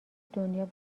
دنیا